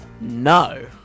no